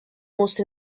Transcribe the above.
most